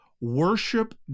worship